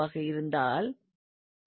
ஆக இருந்தால்